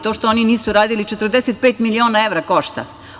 To što oni nisu radili 45 miliona evra košta.